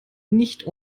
nicht